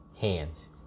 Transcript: hands